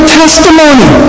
testimony